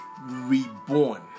reborn